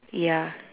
ya